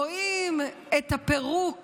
רואים את הפירוק